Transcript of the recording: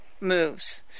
moves